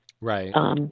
Right